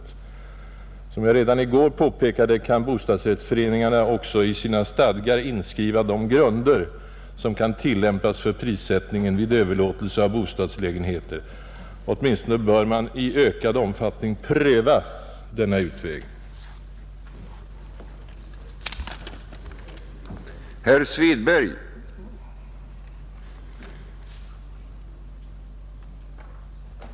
Som jag redan i går påpekade kan också bostadsrättsföreningarna i sina stadgar inskriva de grunder som skall tillämpas för prissättningen vid överlåtelse av bostadslägenheter, Åtminstone bör man i ökad omfattning pröva denna utväg för att motverka överpriser.